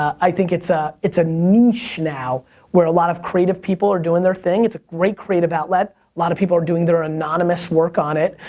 i think it's a it's a niche now where a lot of creative people are doing their thing, it's a great creative outlet. a lot of people are doing their anonymous work on it.